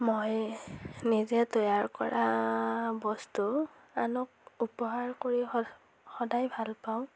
মই নিজে তৈয়াৰ কৰা বস্তু আনক উপহাৰ কৰি সদায় ভাল পাওঁ